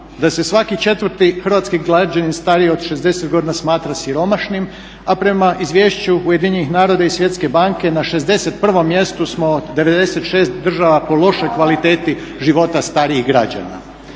da se svaki četvrti hrvatski građanin stariji od 60 godina smatra siromašnim a prema izvješću Ujedinjenih naroda i Svjetske banke na 61 mjestu smo 96 država po lošoj kvaliteti života starijih građana?